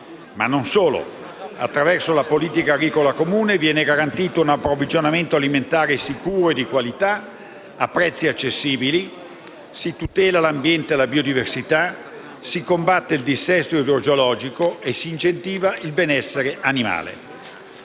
e non solo. Attraverso la politica agricola comune viene garantito un approvvigionamento alimentare sicuro e di qualità, a prezzi accessibili. Si tutelano l'ambiente e la biodiversità. Si combatte il dissesto idrogeologico e si incentiva il benessere animale.